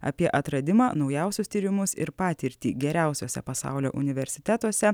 apie atradimą naujausius tyrimus ir patirtį geriausiuose pasaulio universitetuose